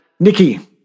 Nikki